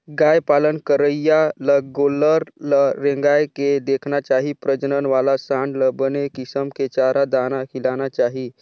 गाय पालन करइया ल गोल्लर ल रेंगाय के देखना चाही प्रजनन वाला सांड ल बने किसम के चारा, दाना खिलाना चाही